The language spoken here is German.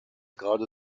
gerade